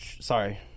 Sorry